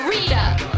Rita